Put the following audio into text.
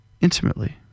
intimately